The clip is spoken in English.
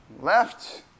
left